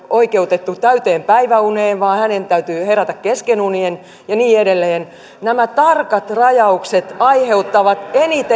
oikeutettu täyteen päiväuneen vaan hänen täytyy herätä kesken unien ja niin edelleen nämä tarkat rajaukset aiheuttavat